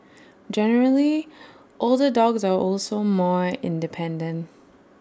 generally older dogs are also more independent